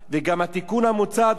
מתיישב עם האמנה,